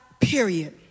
period